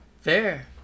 Fair